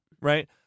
Right